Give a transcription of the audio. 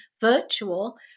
virtual